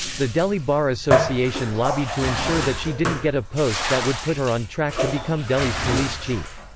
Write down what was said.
the delhi bar association lobbied to ensure that she didn't get a post that would put her on track to become delhi's police chief.